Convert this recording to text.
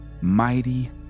mighty